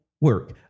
work